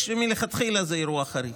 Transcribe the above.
מלכתחילה זה אירוע חריג.